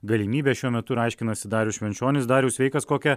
galimybe šiuo metu ir aiškinasi darius švenčionis dariau sveikas kokią